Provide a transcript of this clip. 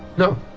no.